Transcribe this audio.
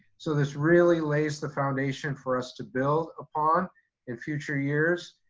so this really lays the foundation for us to build upon in future years,